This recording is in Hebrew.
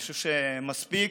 מספיק.